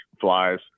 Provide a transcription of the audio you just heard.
flies